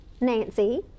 Nancy